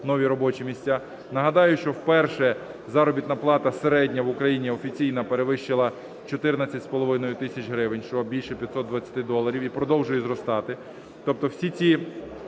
нові робочі місця. Нагадаю, що вперше заробітна плата середня в Україні офіційна перевищила 14,5 тисяч гривень, що більше 520 доларів, і продовжує зростати. Тобто всі ці